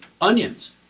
onions